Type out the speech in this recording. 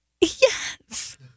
Yes